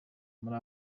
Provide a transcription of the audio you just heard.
muri